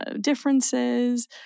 differences